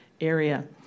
area